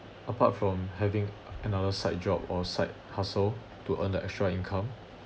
apart from having another side job or side hustle to earn the extra income